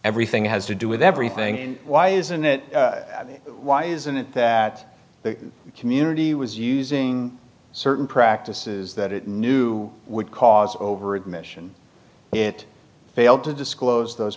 everything has to do with everything and why isn't it why isn't it that the community was using certain practices that it knew would cause over admission it failed to disclose those